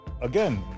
Again